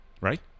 right